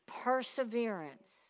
Perseverance